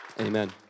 Amen